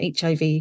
HIV